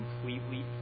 completely